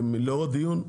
לאור הדיון,